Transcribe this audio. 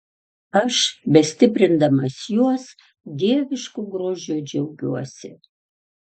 aš bestiprindamas juos dievišku grožiu džiaugiuosi